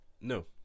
No